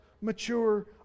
mature